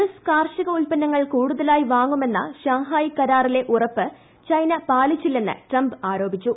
S കാർഷിക ഉല്പന്നങ്ങൾ കൂടുതലായി വാങ്ങുമെന്ന ഷാങ്ഹായി കരാറിലെ ഉറപ്പ് ചൈന പാലിച്ചില്ലെന്ന് ട്രംപ് ആരോപിച്ചു